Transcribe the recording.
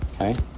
Okay